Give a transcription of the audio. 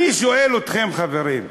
אני שואל אתכם, חברים: